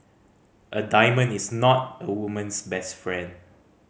a diamond is not a woman's best friend